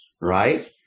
right